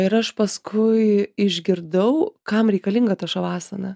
ir aš paskui išgirdau kam reikalinga ta šavasana